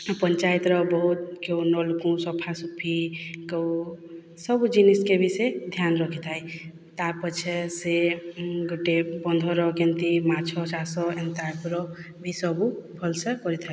ଆଉ ପଞ୍ଚାୟତର ବହୁତ ଯୋଉଁ ନଳକୂଅଁ ସଫା ସୁଫି କେଉଁ ସବୁ ଜିନିଷ୍କେ ବି ସେ ଧ୍ୟାନ୍ ରଖିଥାଏ ତାପଛେ ସେ ଗୋଟିଏ ବନ୍ଧର କେମିତି ମାଛ ଚାଷ ଏନ୍ ତାଇପର ବି ସବୁ ଭଲସେ କରିଥାଏ